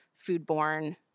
foodborne